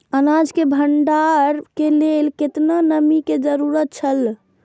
अनाज के भण्डार के लेल केतना नमि के जरूरत छला?